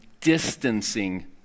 distancing